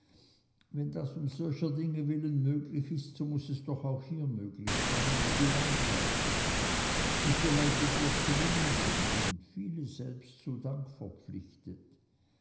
wenn das um solcher dinge willen möglich ist so muß es doch auch hier möglich sein wo du landrat bist und die leute dir zu willen sind und viele selbst zu dank verpflichtet